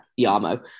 Yamo